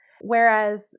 whereas